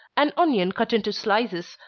an onion cut into slices,